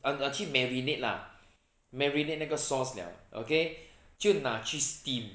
拿去 marinate lah marinate 那个 sauce 了 okay 就拿去 steam